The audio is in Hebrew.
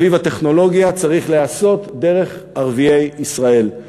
סביב הטכנולוגיה, צריך להיעשות דרך ערביי ישראל.